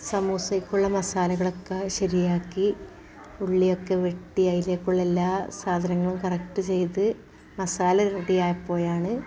സമൂസയ്ക്കുള്ള മസാലകളൊക്കെ ശരിയാക്കി ഉള്ളിയൊക്കെ വെട്ടി അതിലേക്കുള്ള എല്ലാ സാധനങ്ങളും കറക്റ്റ് ചെയ്ത് മസാല റെഡി ആയപ്പോയാണ്